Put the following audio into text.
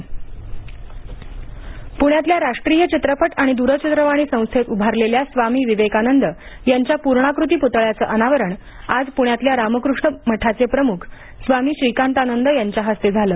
स्वामी विवेकानंद पतळा अनावरण पूण्यातल्या राष्ट्रीय चित्रपट आणि दूरचित्रवाणी संस्थेत उभारलेल्या स्वामी विवेकानंद यांच्या पूर्णाकृती पुतळ्याचं अनावरण आज पुण्यातल्या रामकृष्ण मठाचे प्रमुख स्वामी श्रीकांतानंद यांच्या हस्ते झालं